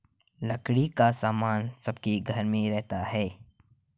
लकड़ी का सामान सबके घर में रहता है